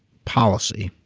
policy.